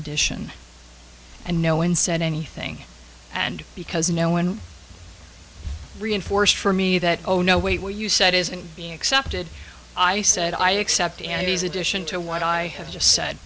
edition and no one said anything and because no one reinforced for me that oh no wait where you said isn't being accepted i said i accept and he's addition to what i have just said